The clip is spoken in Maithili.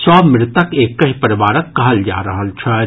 सभ मृतक एकहि परिवारक कहल जा रहल छथि